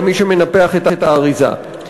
למי שמנפח את האריזה.